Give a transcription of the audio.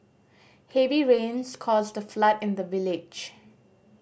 heavy rains caused a flood in the village